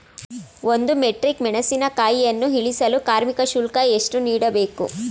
ಒಂದು ಮೆಟ್ರಿಕ್ ಮೆಣಸಿನಕಾಯಿಯನ್ನು ಇಳಿಸಲು ಕಾರ್ಮಿಕ ಶುಲ್ಕ ಎಷ್ಟು ನೀಡಬೇಕು?